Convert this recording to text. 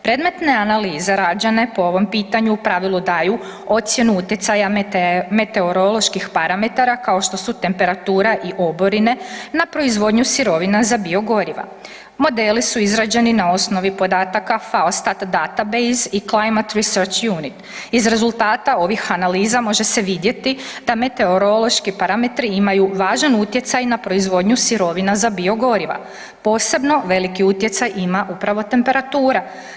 Predmetne analize rađene po ovom pitanju u pravilu daju ocjenu utjecaja meteoroloških parametara kao što su temperatura i oborine na proizvodnju sirovina za biogoriva, modeli su izrađeni na osnovi podataka FAOSTAT, DATEBASE I Climate Research Unit iz rezultata ovih analiza može se vidjeti da meteorološki parametri imaju važan utjecaj na proizvodnju sirovina za biogoriva, posebno veliki utjecaj ima upravo temperatura.